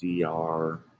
DR